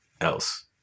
else